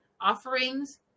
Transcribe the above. offerings